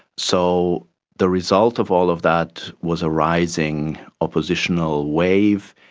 so the result of all of that was a rising oppositional wave,